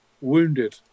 wounded